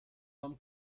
vom